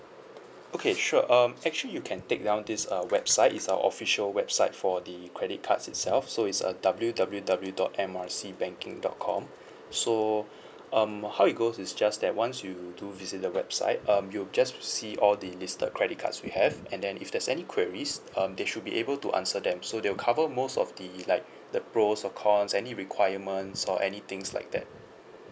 okay sure um actually you can take down this uh website it's our official website for the credit cards itself so it's uh W_W_W dot M R C banking dot com so um how it goes is just that once you do visit the website um you'll just see all the listed credit cards we have and then if there's any queries um they should be able to answer them so they will cover most of the like the pros or cons any requirements or any things like that